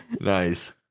Nice